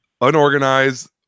Unorganized